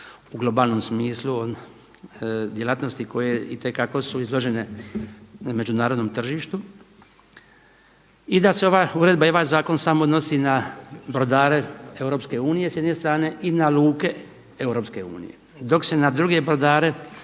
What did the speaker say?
u globalnom smislu djelatnosti itekako su izložene na međunarodnom tržištu i da se ova uredba i ovaj zakon sam odnosi na brodare Europske unije s jedne strane i na luke Europske unije, dok se na druge brodare